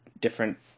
different